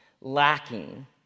lacking